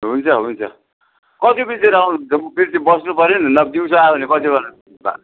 हुन्छ हुन्छ कति बजीतिर आउनुहुन्छ म फेरि बस्नु पऱ्यो नि त नभए दिउँसो आयो भने कतिबेला